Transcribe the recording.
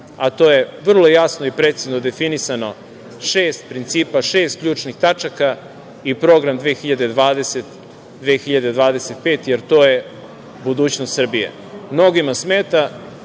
a to je vrlo jasno i precizno definisano šest principa, šest ključnih tačaka, i program 2020–2025, jer to je budućnost Srbije. Mnogima smeta